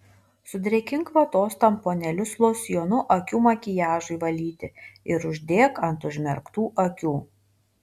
sudrėkink vatos tamponėlius losjonu akių makiažui valyti ir uždėk ant užmerktų akių